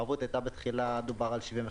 הערבות הייתה בתחילה על 75%,